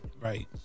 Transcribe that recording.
Right